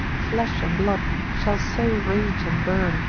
flesh and blood shall so rage and burn,